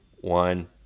one